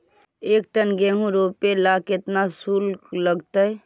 एक टन गेहूं रोपेला केतना शुल्क लगतई?